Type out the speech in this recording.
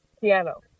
piano